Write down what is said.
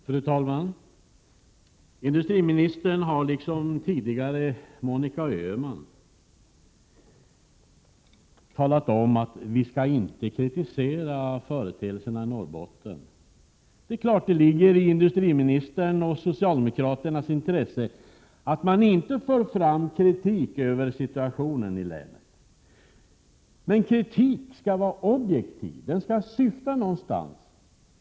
Fru talman! Industriministern har, liksom tidigare Monica Öhman, talat om att vi inte skall kritisera företeelserna i Norrbotten. Det är klart att det ligger i industriministerns och socialdemokraternas intresse att man inte för fram kritik när det gäller situationen i länet. Men kritik skall vara objektiv, den skall syfta till någonting.